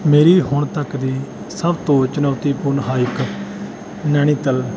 ਮੇਰੀ ਹੁਣ ਤੱਕ ਦੀ ਸਭ ਤੋਂ ਚੁਣੌਤੀਪੂਰਨ ਹਾਈਕ ਨੈਨੀਤਾਲ